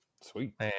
sweet